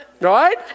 Right